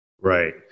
Right